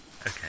Okay